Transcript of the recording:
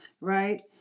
right